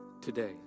today